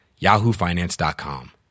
yahoofinance.com